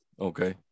Okay